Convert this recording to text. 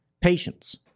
patience